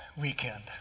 weekend